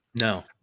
No